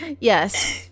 Yes